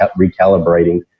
recalibrating